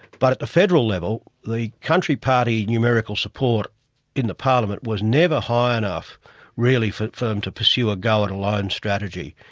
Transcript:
but at the federal level, the country party numerical support in the parliament was never high enough really for them um to pursue a go-it-alone strategy.